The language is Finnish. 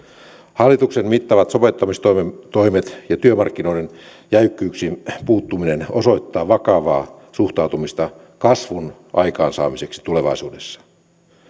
hallituksen mittavat sopeuttamistoimet ja työmarkkinoiden jäykkyyksiin puuttuminen osoittavat vakavaa suhtautumista kasvun aikaansaamiseen tulevaisuudessa